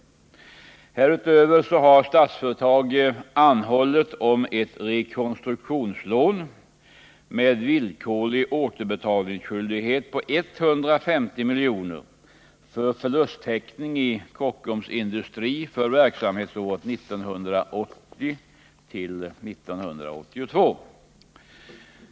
Härutöver har Statsföretag anhållit om ett rekonstruktionslån med villkorlig återbetalningsskyldighet på 150 milj.kr. för förlusttäckning i Kockums Industri för verksamhetsåren 1980-1982.